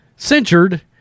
censured